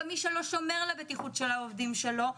מי שלא שומר על הבטיחות של העובדים שלו,